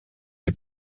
est